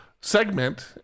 segment